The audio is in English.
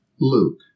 Luke